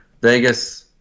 Vegas